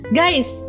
guys